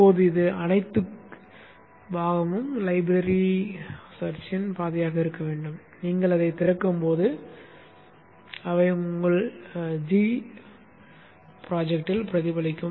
இப்போது இது அனைத்து கூறு லைப்ரரி தேடலின் பாதையாக இருக்க வேண்டும் நீங்கள் அதைத் திறக்கும்போது அவை உங்கள் g திட்டத்தில் பிரதிபலிக்கும்